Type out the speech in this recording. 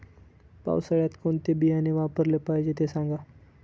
पावसाळ्यात कोणते बियाणे वापरले पाहिजे ते सांगा